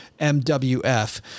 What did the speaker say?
mwf